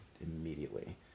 immediately